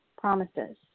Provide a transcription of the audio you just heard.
promises